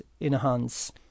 enhance